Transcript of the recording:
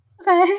Okay